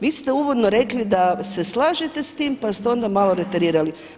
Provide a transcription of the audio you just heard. Vi ste uvodno rekli da se slažete s tim, pa ste onda malo reterirali.